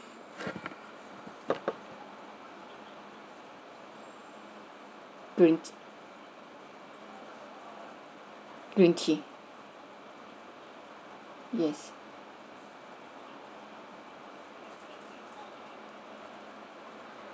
green green tea yes